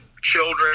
children